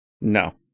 No